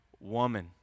woman